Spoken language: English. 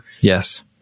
yes